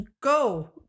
Go